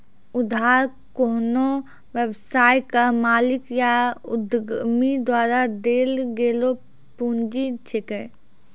उधार कोन्हो व्यवसाय के मालिक या उद्यमी द्वारा देल गेलो पुंजी छिकै